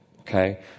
okay